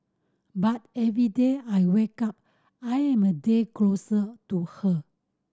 but every day I wake up I am a day closer to her